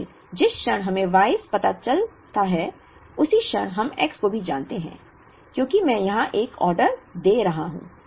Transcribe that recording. लेकिन जिस क्षण हमें Y's पता चलता है उसी क्षण हम X को भी जानते हैं क्योंकि मैं यहां एक ऑर्डर दे रहा हूं